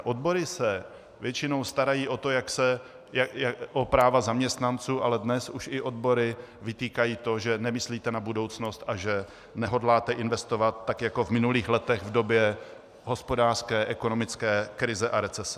Odbory se většinou starají o práva zaměstnanců, ale dnes už i odbory vytýkají to, že nemyslíte na budoucnost a že nehodláte investovat tak jako v minulých letech v době hospodářské ekonomické krize a recese.